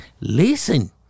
Listen